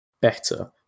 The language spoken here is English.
better